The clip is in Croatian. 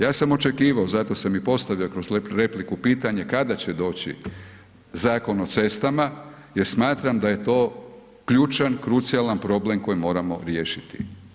Ja sam i očekivao zato sam i postavio kroz repliku pitanje kada će doći Zakon o cestama jer smatram da je to ključan krucijalan problem koji moramo riješiti.